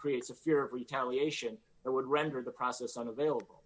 creates a fear of retaliation or would render the process unavailable